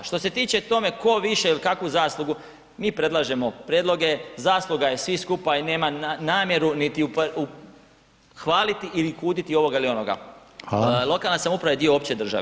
Što se tiče tome tko više i kakvu zaslugu, mi predlažemo prijedloge, zasluga je svih skupa i nemam namjeru niti hvaliti i ni kuditi ovoga ili onoga [[Upadica: Hvala]] lokalna samouprava je dio opće države.